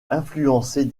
influencer